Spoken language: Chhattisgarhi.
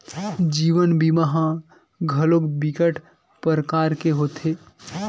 जीवन बीमा ह घलोक बिकट परकार के होथे